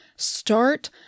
Start